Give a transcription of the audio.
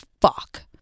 fuck